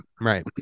Right